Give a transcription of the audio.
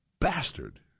bastard